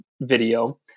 video